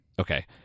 Okay